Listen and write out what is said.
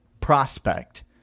prospect